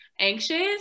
anxious